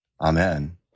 Amen